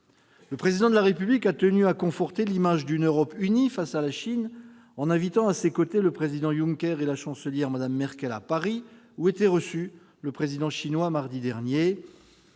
Le Président de la République a tenu à conforter l'image d'une Europe unie face à la Chine, en invitant à ses côtés le Président Juncker et la Chancelière Mme Merkel à Paris, où était reçu le Président chinois mardi dernier.